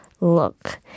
look